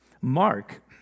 Mark